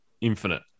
Infinite